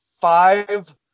five